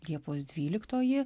liepos dvyliktoji